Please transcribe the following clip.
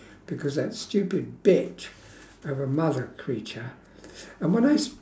because that stupid bitch of a mother creature and when I